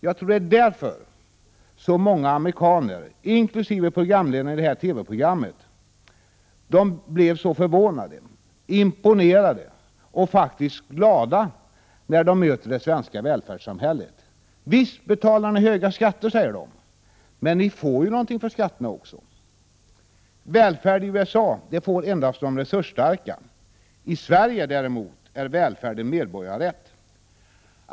Jag tror det är därför som många amerikaner, inkl. programledarna i TV-programmet, blir så förvånade, imponerade och faktiskt glada när de möter det svenska välfärdssamhället. Visst betalar ni höga skatter, säger de, men ni får ju något för skatterna. Välfärd i USA får endast de resursstarka. I Sverige är välfärd en medborgarrätt.